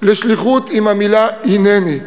לשליחות עם המילה "הנני",